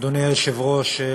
אדוני היושב-ראש,